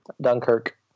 dunkirk